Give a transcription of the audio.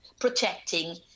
protecting